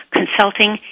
consulting